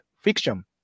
fiction